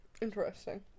Interesting